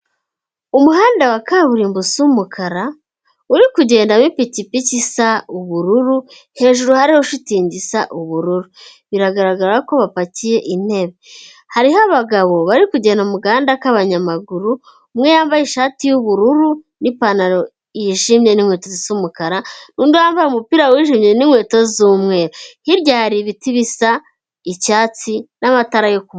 Umuhanda wa kaburimbo usa umukara, uri kugendamo ipikipiki isa ubururu, hejuru hariho shitingi isa ubururu. Biragaragara ko bapakiye intebe. Hariho abagabo bari kugenda mu gahanda k'abanyamaguru, umwe yambaye ishati y'ubururu n'ipantaro yijimye n'inkweto zisa umukara, n'undi wa yambaye umupira wijimye n'inkweto z'umweru. Hirya hari ibiti bisa icyatsi n'amatara yo kumu